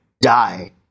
Die